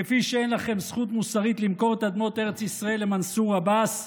כפי שאין לכם זכות מוסרית למכור את אדמות ארץ ישראל למנסור עבאס,